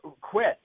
quit